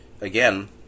again